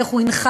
ואיך הוא הנחה,